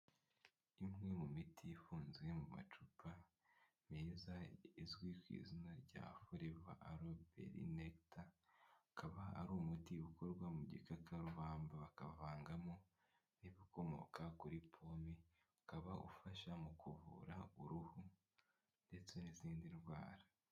Imwe mu miti ifunze mu macupa meza izwi ku izina rya furiva aroberineta akaba ari umuti ukorwa mu gikakarubamba bakavangamo ibikomoka kuri pome, ukaba ufasha mu kuvura uruhu ndetse n'izindi ndwara.